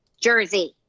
jersey